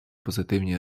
позитивні